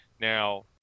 Now